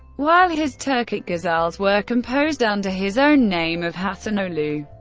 while his turkic ghazals were composed under his own name of hasanoghlu.